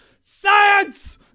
Science